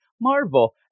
Marvel